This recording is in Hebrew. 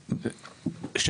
סיוע.